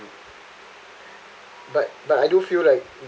but but I do feel like